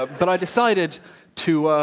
but i decided to